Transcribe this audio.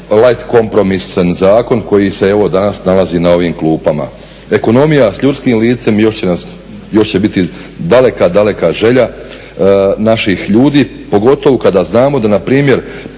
light kompromisan zakon koji se evo danas nalazi na ovim klupama. Ekonomija sa ljudskim licem još će biti daleka, daleka želja naših ljudi pogotovo kada znamo da npr.